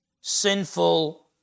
sinful